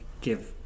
give